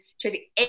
Tracy